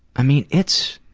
i mean, it's